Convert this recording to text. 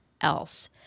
else